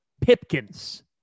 Pipkins